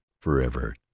forever